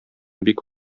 бик